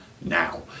Now